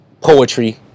poetry